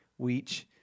weech